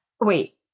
Wait